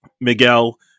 Miguel